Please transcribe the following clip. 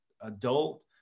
adult